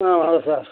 ஆ வணக்கம் சார்